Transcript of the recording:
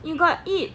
you got eat